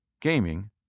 Gaming